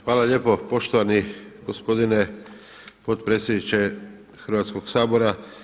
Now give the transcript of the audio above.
Hvala lijepo poštovani gospodine potpredsjedniče Hrvatskoga sabora.